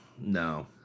No